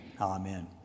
Amen